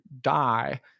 die